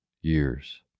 years